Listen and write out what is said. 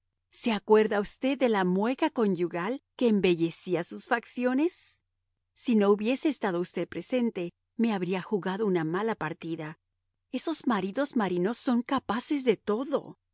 se acuerda usted de la mueca conyugal que embellecía sus facciones si no hubiese estado usted presente me habría jugado una mala partida esos maridos marinos son capaces de todo